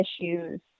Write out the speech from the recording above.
issues